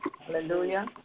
Hallelujah